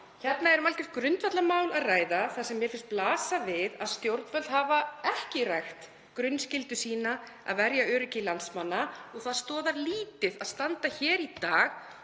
Hérna er um algjört grundvallarmál að ræða þar sem mér finnst blasa við að stjórnvöld hafa ekki rækt grunnskyldu sína; að verja öryggi landsmanna. Það stoðar lítið að standa hér í dag